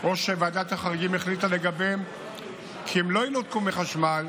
או שוועדת החריגים החליטה לגביהם כי הם לא ינותקו מחשמל,